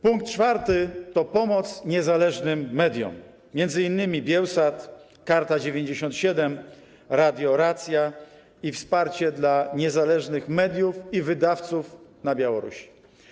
Punkt czwarty to pomoc niezależnym mediom, m.in. Biełsatowi, Karcie 97, Radiu Racja, i wsparcie dla niezależnych mediów i wydawców na Białorusi.